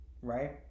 right